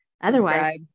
Otherwise